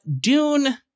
Dune